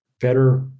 better